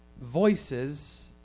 voices